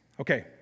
Okay